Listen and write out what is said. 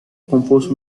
compuso